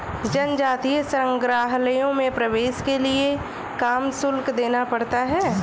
जनजातीय संग्रहालयों में प्रवेश के लिए काम शुल्क देना पड़ता है